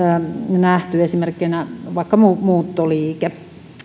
nähty esimerkkinä vaikka muuttoliike